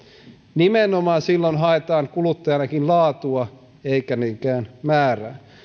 nimenomaan silloin haetaan kuluttajanakin laatua eikä niinkään määrää